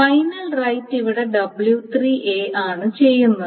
final right ഇവിടെ w3 ആണ് ചെയ്യുന്നത്